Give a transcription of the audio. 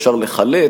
אפשר לחלט,